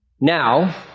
Now